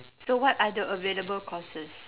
so what are the available courses